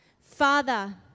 Father